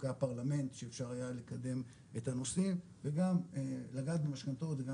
היה פרלמנט שאפשר היה לקדם את הנושאים וגם לגעת במשכנתאות זאת גם